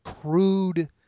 crude